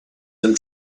them